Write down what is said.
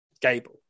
Gable